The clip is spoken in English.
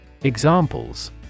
Examples